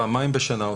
פעמיים בשנה.